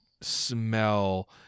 smell